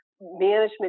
management